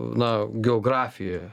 na geografijoje